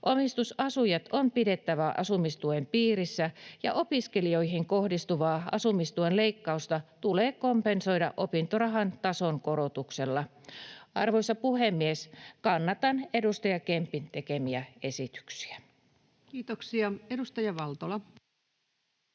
Omistusasujat on pidettävä asumistuen piirissä, ja opiskelijoihin kohdistuvaa asumistuen leikkausta tulee kompensoida opintorahan tason korotuksella. Arvoisa puhemies! Kannatan edustaja Kempin tekemiä esityksiä. [Speech 175] Speaker: